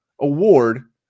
Award